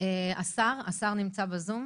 השר נמצא בזום?